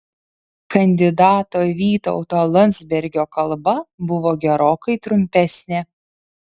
kandidato vytauto landsbergio kalba buvo gerokai trumpesnė